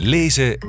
Lezen